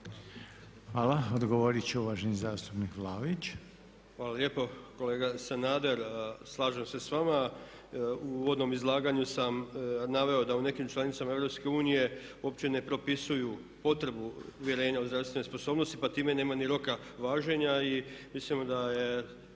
Hvala. Odgovoriti će uvaženi zastupnik Vlaović. **Vlaović, Davor (HSS)** Hvala lijepo. Kolega Sanader, slažem se s vama. U uvodnom izlaganju sam naveo da u nekim članicama EU uopće ne propisuju potrebu uvjerenja o zdravstvenoj sposobnosti pa time nema ni roka važenja i mislimo da je